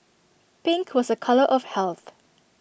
pink was A colour of health